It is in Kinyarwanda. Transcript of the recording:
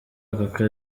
aka